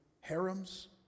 harems